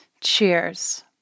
Cheers